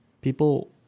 People